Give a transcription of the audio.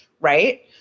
Right